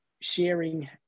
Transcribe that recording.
sharing